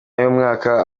y’umwaka